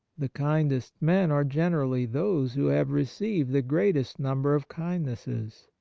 the kindest men are generally those who have received the greatest number of kindnesses.